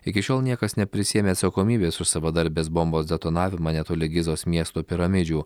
iki šiol niekas neprisiėmė atsakomybės už savadarbės bombos detonavimą netoli gizos miesto piramidžių